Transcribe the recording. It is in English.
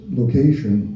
location